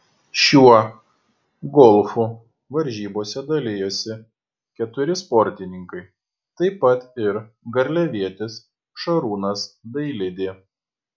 šiuo golfu varžybose dalijosi keturi sportininkai taip pat ir garliavietis šarūnas dailidė